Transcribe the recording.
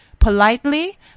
Politely